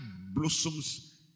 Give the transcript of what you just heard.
blossoms